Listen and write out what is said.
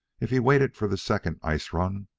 if he waited for the second ice-run,